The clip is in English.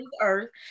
earth